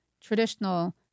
traditional